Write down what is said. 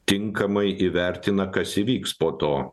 tinkamai įvertina kas įvyks po to